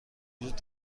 وجود